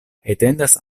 etendas